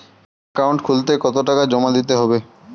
Account খুলতে কতো টাকা জমা দিতে হবে?